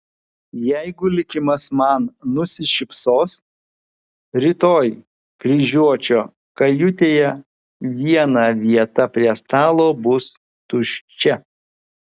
jeigu likimas man nusišypsos rytoj kryžiuočio kajutėje viena vieta prie stalo bus tuščia